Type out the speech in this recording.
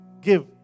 give